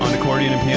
accordion and piano,